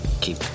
Keep